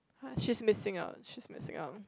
she is missing out she is missing out